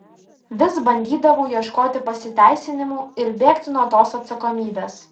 vis bandydavau ieškoti pasiteisinimų ir bėgti nuo tos atsakomybės